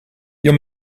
your